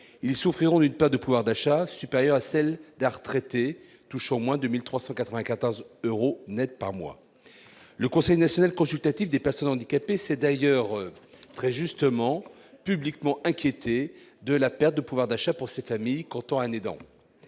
ils s'offriront une pas de pouvoir d'achat supérieur à celle des retraités touchant au moins 2394 euros Net par mois, le Conseil national consultatif des personnes handicapées, c'est d'ailleurs très justement publiquement inquiété de la perte de pouvoir d'achat pour ces familles comptant années dans